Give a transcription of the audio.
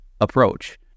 approach